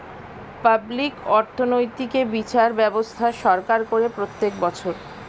public অর্থনৈতিক এ বিচার ব্যবস্থা সরকার করে প্রত্যেক বছর